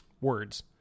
words